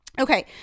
Okay